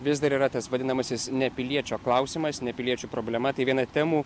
vis dar yra tas vadinamasis nepiliečio klausimas nepiliečių problema tai viena temų